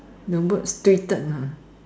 the words tweeted lah